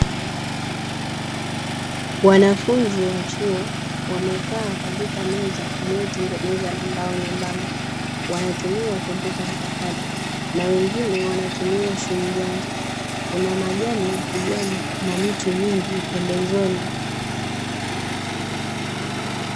Wanafunzi wa chuo wamekaa katika meza iliyotengenezwa na meza nyembamba, wanatumia kompyuta mpakato na wengine wanatumia simu janja, kuna majani ya kijani na miti mingi pembezoni.